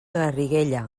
garriguella